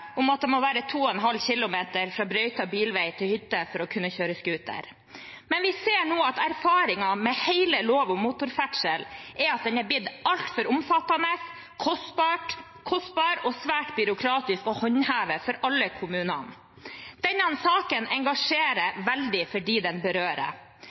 om at det må være 2,5 km fra brøytet bilvei til hytte for å kunne kjøre scooter. Men vi ser nå at erfaringen med hele lov om motorferdsel er at den er blitt altfor omfattende, kostbar og svært byråkratisk å håndheve for alle kommuner. Denne saken engasjerer veldig dem den berører.